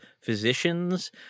physicians